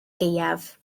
gaeaf